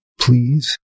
please